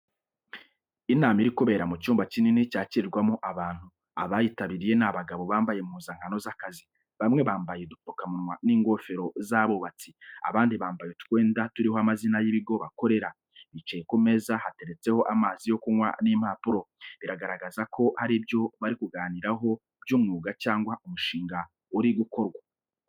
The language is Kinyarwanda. Inama iri kubera mu cyumba kinini cyakirirwamo abantu. Abayitabiriye ni abagabo bambaye impuzankano z’akazi, bamwe bambaye udupfukamunwa n'ingofero z’abubatsi, abandi bambaye utwenda turiho amazina y’ibigo bakorera. Bicaye ku meza hateretseho amazi yo kunywa n’impapuro, bigaragaza ko hari ibyo bari kuganiraho by’umwuga cyangwa umushinga uri gukorwa.